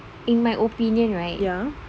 in my opinion right